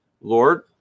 Lord